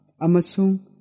amasung